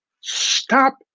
Stop